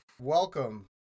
welcome